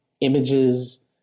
images